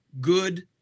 good